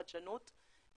חדשנות,